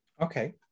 Okay